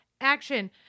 action